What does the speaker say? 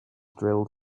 drilled